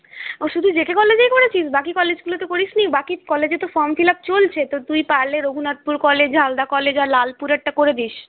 ও শুধু জেকে কলেজেই করেছিস বাকি কলেজ গুলোতে করিসনি বাকি কলেজে তো ফর্ম ফিলাপ চলছে তুই পারলে রঘুনাথপুর কলেজ ঝালদা কলেজে আর লালপুরেরটা করে দিস